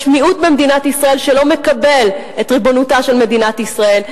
מיעוט במדינת ישראל שלא מקבל את ריבונותה של מדינת ישראל,